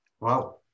Wow